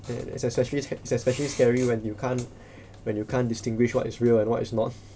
then it's especially h~ especially scary when you can't when you can't distinguish what is real and what is not